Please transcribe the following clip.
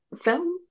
film